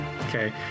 Okay